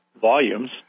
volumes